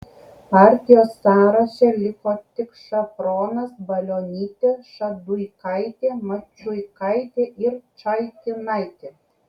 partijos sąraše liko tik šafronas balionytė šaduikaitė mačiuikaitė ir čaikinaitė